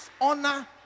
honor